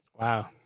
Wow